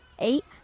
eight